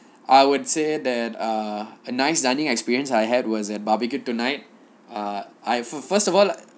I would say that err a nice dining experience I had was at barbq tonight ah I first first of all